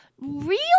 real